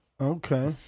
Okay